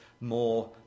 more